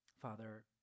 Father